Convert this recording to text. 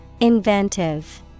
Inventive